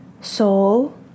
soul